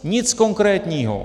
Nic konkrétního.